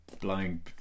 blowing